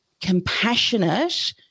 compassionate